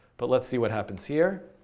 but let's see what happens here.